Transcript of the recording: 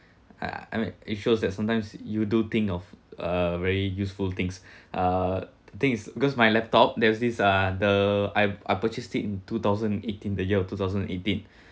uh I mean it shows that sometimes you do think of a very useful things uh thing is because my laptop there is this uh the I I purchased it in two thousand eighteen the year of two thousand eighteen